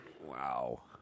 Wow